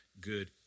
good